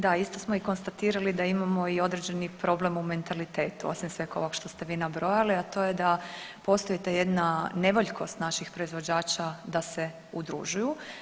Da, isto smo i konstatirali da imamo i određenih problem u mentalitetu osim sveg ovog što ste vi nabrojali, a to je da postoji ta jedna nevoljkost naših proizvođača da se udružuju.